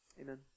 amen